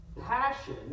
passion